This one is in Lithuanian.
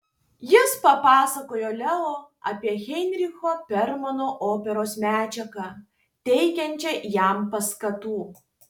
jis papasakojo leo apie heinricho bermano operos medžiagą teikiančią jam paskatų